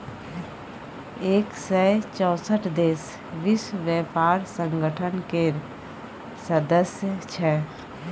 एक सय चौंसठ देश विश्व बेपार संगठन केर सदस्य छै